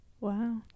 Wow